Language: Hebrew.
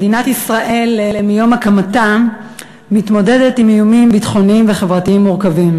מדינת ישראל מיום הקמתה מתמודדת עם איומים ביטחוניים וחברתיים מורכבים,